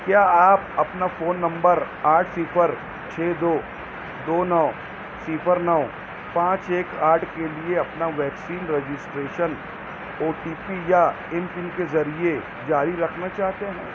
کیا آپ اپنا فون نمبر آٹھ صفر چھ دو دو نو صفر نو پانچ ایک آٹھ کے لیے اپنا vaccine registration OTP یا ایم پن کے ذریعے جاری رکھنا چاہتے ہیں